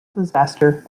disaster